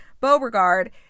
Beauregard